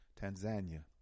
Tanzania